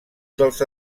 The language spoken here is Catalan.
dels